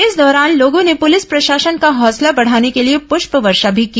इस दौरान लोगों ने पुलिस प्रशासन का हौसला बढाने के लिए पृष्पवर्षा भी की